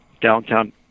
downtown